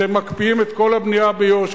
שאתם מקפיאים את כל הבנייה ביו"ש,